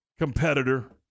competitor